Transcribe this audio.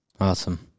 Awesome